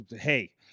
Hey